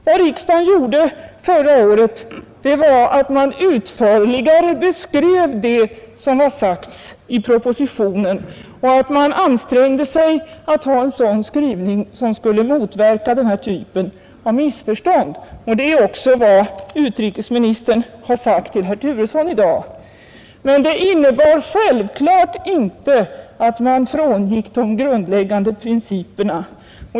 Vad riksdagen gjorde förra året var att man utförligare beskrev det som hade sagts i propositionen och ansträngde sig att ge en skrivning som skulle motverka denna typ av missförstånd. Det är också vad utrikesministern har sagt till herr Turesson i dag. Men det innebar självklart inte att man frångick de grundläggande principerna.